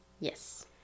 Yes